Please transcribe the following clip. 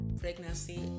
pregnancy